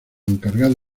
encargado